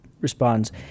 responds